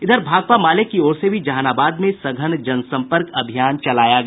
इधर भाकपा माले की ओर से भी जहानाबाद में सघन जनसंपर्क अभियान चलाया गया